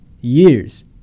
years